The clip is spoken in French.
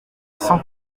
cent